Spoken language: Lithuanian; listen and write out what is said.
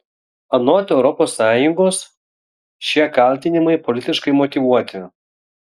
anot europos sąjungos šie kaltinimai politiškai motyvuoti